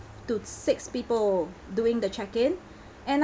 to six people doing the check in and I